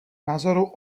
názoru